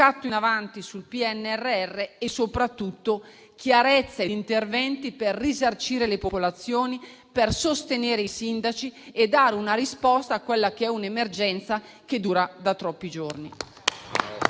in avanti sul PNRR e soprattutto chiarezza e interventi per risarcire le popolazioni, sostenere i sindaci e dare una risposta a quella che è un'emergenza che dura da troppi giorni.